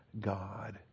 God